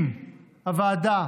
אם הוועדה